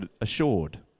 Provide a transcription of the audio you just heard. assured